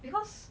because